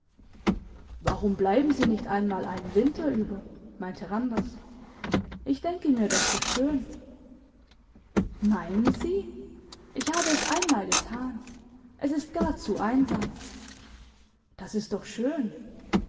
warum bleiben sie nicht einmal einen winter über meinte randers ich denke mir das so schön meinen sie ich habe es einmal getan es ist gar zu einsam das ist doch schön